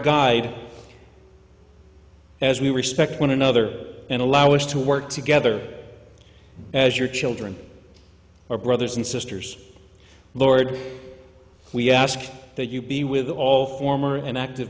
guide as we respect one another and allow us to work together as your children or brothers and sisters lord we ask that you be with all former and active